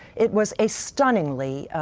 it was a stunningly,